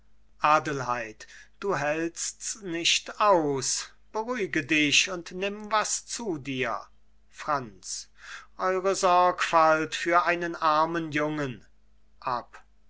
adelheid du hältst's nicht aus beruhige dich und nimm was zu dir franz eure sorgfalt für einen armen jungen